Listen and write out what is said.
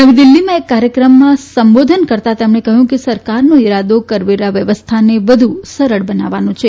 નવી દિલ્હીમાં એક કાર્યક્રમમાં સંબોધન કરતાં તેમણે કહ્યું હતું કે સરકારનો ઇરાદો કરવેરા વ્યવસ્થાને વધુ સરળ બનાવવાનો છે